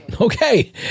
Okay